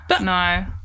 No